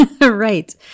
Right